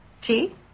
Tea